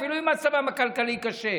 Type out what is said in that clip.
אפילו אם מצבם הכלכלי קשה.